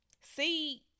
see